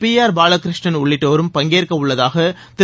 B R Balakrishnan உள்ளிட்டோரும் பங்கேற்கவுள்ளதாக திரு